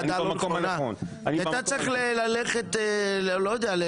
היית צריך ללכת לא יודע,